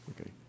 Okay